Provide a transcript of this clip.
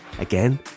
again